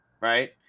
right